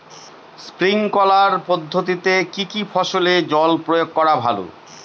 Sprinkler পদ্ধতিতে কি কী ফসলে জল প্রয়োগ করা ভালো?